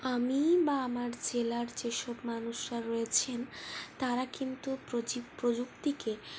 আমি বা আমার জেলার যেসব মানুষরা রয়েছেন তারা কিন্তু প্রযুক্তিকে